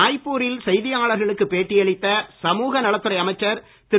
ராய்பூரில் செய்தியாளர்களுக்கு பேட்டியளித்த மத்திய சமூகநலத்துறை அமைச்சர் திரு